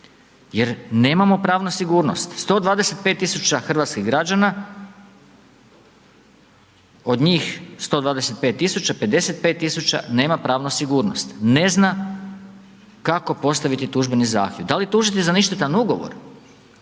jer nemamo pravnu sigurnost, 125 tisuća hrvatskih građana, od njih 125 tisuća 55 tisuća nema pravnu sigurnost, ne zna kako postaviti tužbeni zahtjev. Da li tužiti za ništetan ugovor?